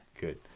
Good